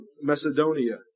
Macedonia